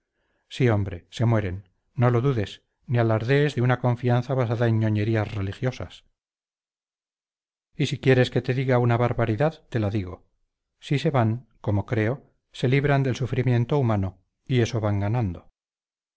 sí hombre se mueren no lo dudes ni alardees de una confianza basada en ñoñerías religiosas y si quieres que te diga una barbaridad te la digo si se van como creo se libran del sufrimiento humano y eso van ganando